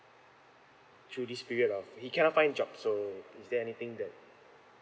through this period of he cannot find job so is there anything that